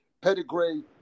pedigree